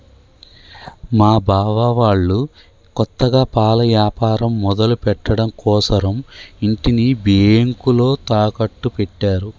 మా బావ వాళ్ళు కొత్తగా పాల యాపారం మొదలుపెట్టడం కోసరం ఇంటిని బ్యేంకులో తాకట్టు పెట్టారు